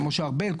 הרב משה ארבל,